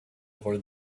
over